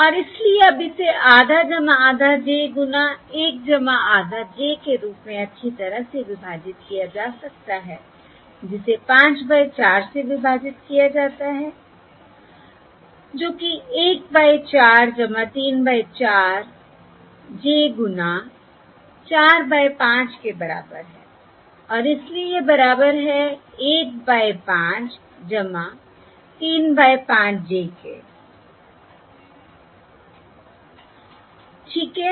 और इसलिए अब इसे आधा आधा j गुणा 1 आधा j के रूप में अच्छी तरह से विभाजित किया जा सकता है जिसे 5 बाय 4 से विभाजित किया जाता है जो कि 1 बाय 4 3 बाय 4 j गुणा 4 बाय 5 के बराबर है और इसलिए यह बराबर है 1 बाय 5 3 बाय 5 j के ठीक है